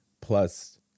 plus